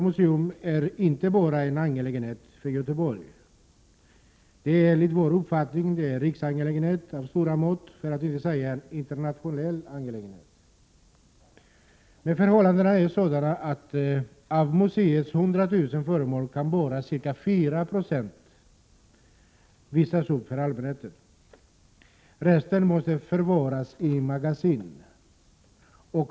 Museet är inte bara en angelägenhet för Göteborg, utan det är enligt vår uppfattning en riksangelägenhet, för att inte säga en internationell angelägenhet. Förhållandena är emellertid sådana att av museets alla föremål bara ca 4 Jo kan visas för allmänheten. Resten måste förvaras i magasin.